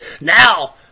Now